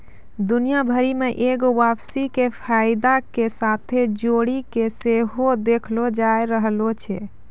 दुनिया भरि मे एगो वापसी के फायदा के साथे जोड़ि के सेहो देखलो जाय रहलो छै